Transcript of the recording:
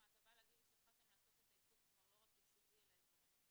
אתה בא להגיד לי שהתחלתם לעשות את האיסוף כבר לא רק יישובי אלא אזורי?